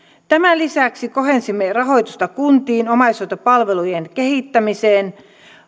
tämän lisäksi kohdensimme rahoitusta kuntiin omaishoitopalvelujen kehittämiseen